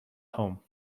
home